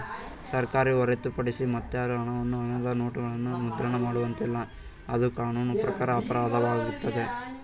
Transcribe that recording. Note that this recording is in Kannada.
ಸರ್ಕಾರ ಹೊರತುಪಡಿಸಿ ಮತ್ಯಾರು ಹಣವನ್ನು ಹಣದ ನೋಟುಗಳನ್ನು ಮುದ್ರಣ ಮಾಡುವಂತಿಲ್ಲ, ಅದು ಕಾನೂನು ಪ್ರಕಾರ ಅಪರಾಧವಾಗುತ್ತದೆ